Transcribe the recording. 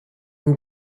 moet